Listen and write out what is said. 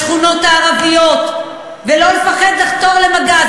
בשכונות הערביות, ולא לפחד לחתור למגע.